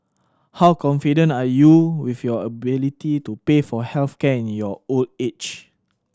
how confident are you with your ability to pay for health care in your old age